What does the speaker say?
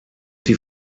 die